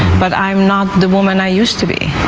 but i'm not the woman i used to be,